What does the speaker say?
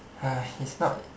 ha he's not